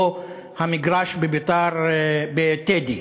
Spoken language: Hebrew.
או המגרש ב"טדי".